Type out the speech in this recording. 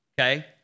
okay